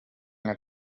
nka